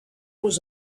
was